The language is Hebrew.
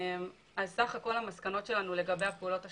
סך כול המסקנות שלנו לגבי פעולות ההשחתה,